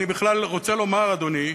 אני בכלל רוצה לומר, אדוני,